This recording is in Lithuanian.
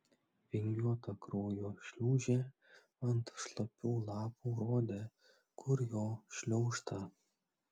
vingiuota kraujo šliūžė ant šlapių lapų rodė kur jo šliaužta